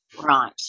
Right